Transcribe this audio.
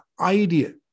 idea